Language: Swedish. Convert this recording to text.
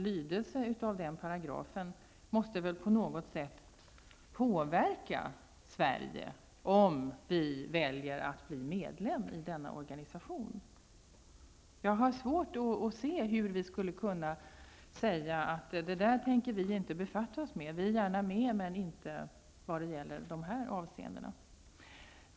Lydelsen av den paragrafen måste väl på något sätt påverka Sverige om vi väljer att bli medlem i denna organisation? Jag har svårt att se hur vi skulle kunna säga att det tänker Sverige inte befatta sig med. Sverige är gärna med, men inte i de avseendena.